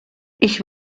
ich